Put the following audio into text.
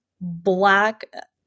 black